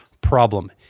problem